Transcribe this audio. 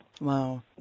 Wow